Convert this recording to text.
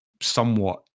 somewhat